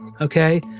Okay